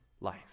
life